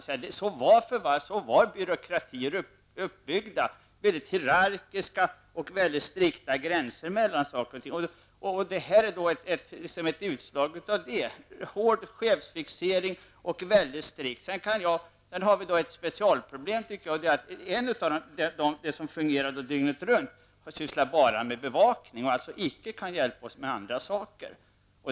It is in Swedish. Så var byråkratier uppbyggda, väldigt hierarkiska och med väldigt strikta gränser mellan saker och ting. Det här är alltså ett utslag av en sådan modell: hård chefsfixering och väldigt strikta gränser. Sedan har vi ett specialproblem. Den enhet som fungerar dygnet runt sysslar bara med bevakning och kan alltså inte vara oss till hjälp med andra saker.